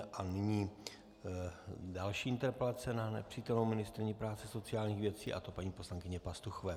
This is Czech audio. A nyní další interpelace na nepřítomnou ministryni práce a sociálních věcí, a to paní poslankyně Pastuchové.